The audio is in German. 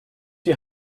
die